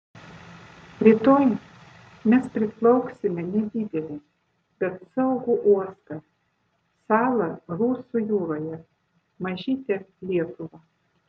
rytoj mes priplauksime nedidelį bet saugų uostą salą rusų jūroje mažytę lietuvą